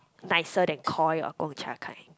nicer than Koi or Gongcha kind